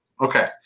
Okay